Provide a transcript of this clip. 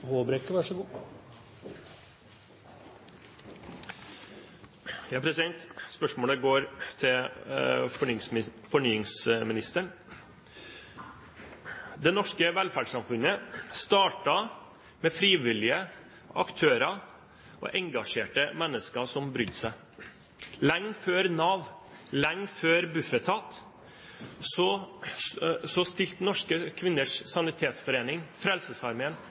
Spørsmålet går til fornyingsministeren. Det norske velferdssamfunnet startet med frivillige aktører og engasjerte mennesker som brydde seg. Lenge før Nav, lenge før Bufetat stilte Norske Kvinners Sanitetsforening, Frelsesarmeen,